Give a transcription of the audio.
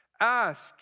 Ask